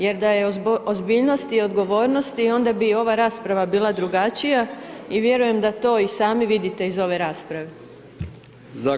Jer da je ozbiljnosti i odgovornosti, onda bi ova rasprava bila drugačija i vjerujem da to i sami vidite iz ove rasprave.